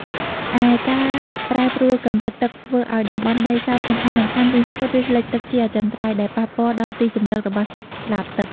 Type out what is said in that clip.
ឯការប្រែប្រួលកម្រិតទឹកធ្វើឱ្យតំបន់ដីសើមសំខាន់ៗរីងស្ងួត ឬលិចទឹកជាអចិន្ត្រៃយ៍ ដែលប៉ះពាល់ដល់ទីជម្រករបស់សត្វស្លាបទឹក។